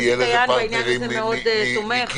עוזי דיין בעניין הזה מאוד תומך.